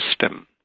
system